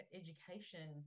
education